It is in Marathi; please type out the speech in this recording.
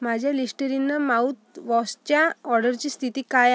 माझ्या लिस्टरीनं माउथवॉशच्या ऑर्डरची स्थिती काय